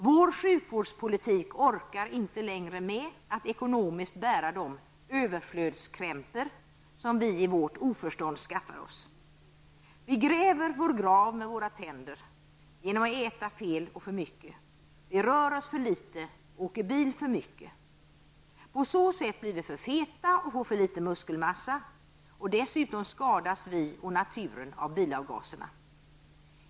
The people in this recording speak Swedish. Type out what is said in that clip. Vår sjukvårdspolitik orkar inte längre med att ekonomiskt bära de överflödskrämpor som vi i vårt oförstånd skaffar oss. Vi gräver vår grav med våra tänder genom att äta fel och för mycket. Vi rör oss för litet och åker bil för mycket. På så sätt blir vi för feta och får för liten muskelmassa. Dessutom skadas vi och naturen av bilavgaserna.